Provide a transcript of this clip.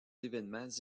événements